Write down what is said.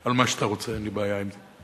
על מה שאתה רוצה, אין לי בעיה עם זה.